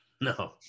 No